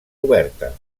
oberta